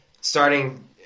starting